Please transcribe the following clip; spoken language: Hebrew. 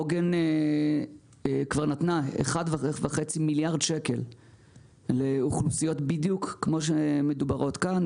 עוגן כבר נתנה 1.5 מיליארד שקל לאוכלוסיות בדיוק כמו שמדוברות כאן.